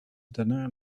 daarna